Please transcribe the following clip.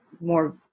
more